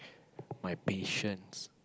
my patience